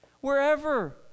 Wherever